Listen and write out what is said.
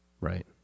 Right